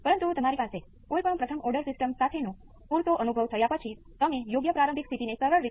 તેથી જો હું ત્રીજી સિસ્ટમ લાગુ કરું તો કદાચ હું તે ચિત્રમાં બતાવીશ